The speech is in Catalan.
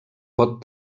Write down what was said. pot